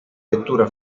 vettura